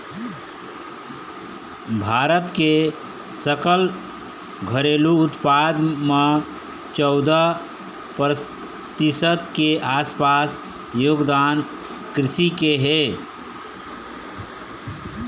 भारत के सकल घरेलू उत्पाद म चउदा परतिसत के आसपास योगदान कृषि के हे